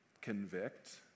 convict